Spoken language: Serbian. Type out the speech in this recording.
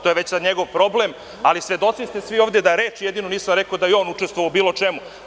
To je već sada njegov problem, ali svedoci ste svi ovde da reč jedinu nisam rekao da je on učestvovao u bilo čemu.